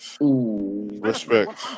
Respect